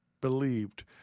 believed